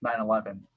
9-11